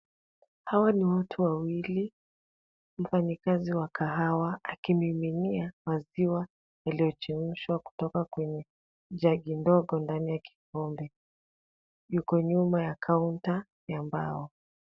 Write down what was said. Hawa ni watu wawili, mfanyikazi wa kahawa akimiminia maziwa iliyochemshwa kutoka kwenye jagi ndogo ndani ya kikombe. Yuko nyuma ya kaunta ya mbao.